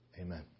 Amen